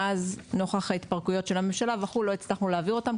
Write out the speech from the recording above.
מאז נוכח ההתפרקויות של הממשלה וכו' לא הצלחנו להעביר אותם.